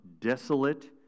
desolate